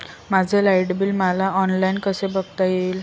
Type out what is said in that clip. माझे light bill मला online कसे बघता येईल?